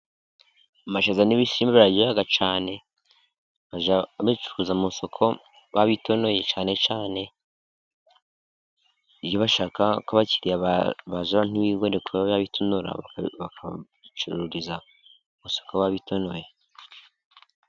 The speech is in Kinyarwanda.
Amashaza n'ibishyimbo biraryoha cyane bajya bicuruza mu soko babitonoye cyane cyane iyo bashaka ko abakiriya baza ntibigore kuba babitonora bakacururiza mu soko babitonoye.